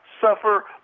suffer